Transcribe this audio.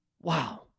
wow